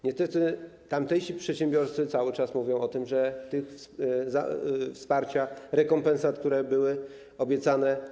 Niestety tamtejsi przedsiębiorcy cały czas mówią o tym, że wsparcia, rekompensat, które były obiecane.